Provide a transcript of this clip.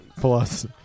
Plus